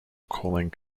calling